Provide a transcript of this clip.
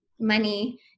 money